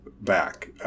back